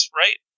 right